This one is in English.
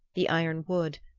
the iron wood,